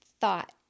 thought